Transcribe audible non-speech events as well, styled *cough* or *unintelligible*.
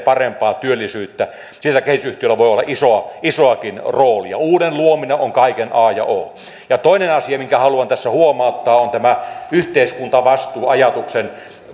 *unintelligible* parempaa työllisyyttä siinä kehitysyhtiöllä voi olla isoakin roolia uuden luominen on kaiken a ja o toinen asia minkä haluan tässä huomauttaa on tämä yhteiskuntavastuuajatuksen